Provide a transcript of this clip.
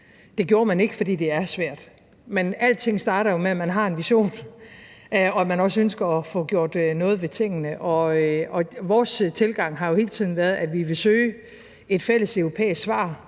Det gjorde man ikke, fordi det er svært. Men alting starter jo med, at man har en vision, og at man også ønsker at få gjort noget ved tingene, og vores tilgang har jo hele tiden været, at vi vil søge et fælles europæisk svar